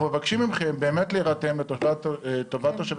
אנחנו מבקשים מכם באמת להירתם לטובת תושבי